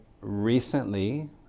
recently